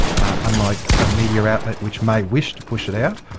unlike a media outlet which may wish to push it out,